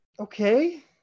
Okay